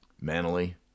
mentally